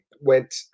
went